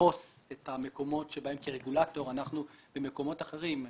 לתפוס את המקומות בהם אנחנו כרגולטור במקומות אחרים,